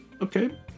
okay